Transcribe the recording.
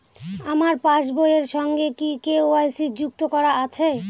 আমার পাসবই এর সঙ্গে কি কে.ওয়াই.সি যুক্ত করা আছে?